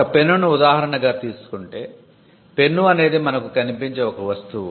ఒక పెన్నును ఉదాహరణగా తీసుకుంటే పెన్ను అనేది మనకు కనిపించే ఒక వస్తువు